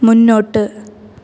മുന്നോട്ട്